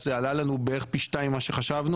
זה עלה לנו בערך פי שתיים ממה שחשבנו,